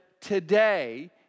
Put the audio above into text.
today